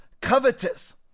covetous